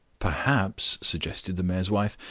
perhaps, suggested the mayor's wife,